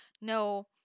no